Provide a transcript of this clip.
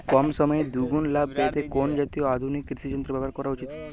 কম সময়ে দুগুন লাভ পেতে কোন জাতীয় আধুনিক কৃষি যন্ত্র ব্যবহার করা উচিৎ?